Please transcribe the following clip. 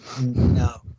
No